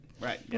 right